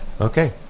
Okay